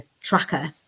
tracker